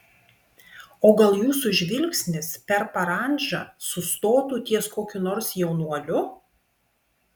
o gal jūsų žvilgsnis per parandžą sustotų ties kokiu nors jaunuoliu